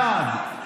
בעד,